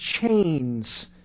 chains